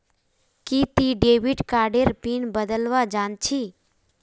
कि ती डेविड कार्डेर पिन बदलवा जानछी